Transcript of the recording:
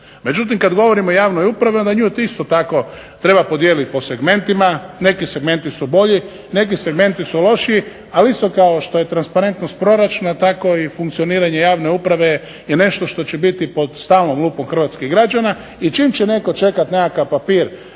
Međutim, kad govorimo o javnoj upravi onda nju isto tako treba podijelit po segmentima. Neki segmenti su bolji, neki segmenti su lošiji, ali isto kao što je transparentnost proračuna tako i funkcioniranje javne uprave je nešto što će biti pod stalnom lupom hrvatskih građana i čim će netko čekat nekakav papir